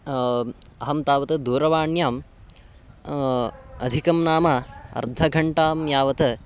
अहं तावत् दूरवाण्यां अधिकं नाम अर्धघण्टां यावत्